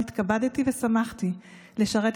בתחום